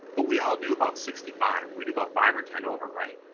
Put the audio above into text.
but we all do about sixty five. we do about five or ten over, right?